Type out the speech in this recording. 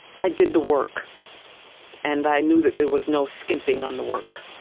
i did the work and i knew that there was no skimping on the work.